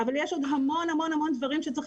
אבל יש עוד המון המון המון דברים שצריך